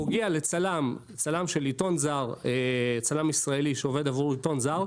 פוגע לצלם ישראלי שעובד עבור עיתון זר,